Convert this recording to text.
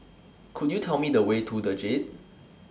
Could YOU Tell Me The Way to The Jade